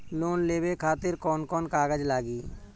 Loan लेवे खातिर कौन कौन कागज लागी?